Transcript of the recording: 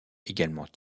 également